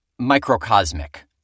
microcosmic